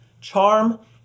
Charm